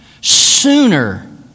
Sooner